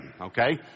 Okay